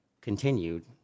continued